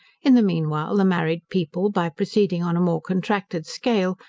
in the meanwhile the married people, by proceeding on a more contracted scale,